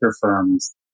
firms